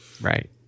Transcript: Right